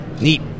Neat